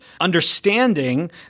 understanding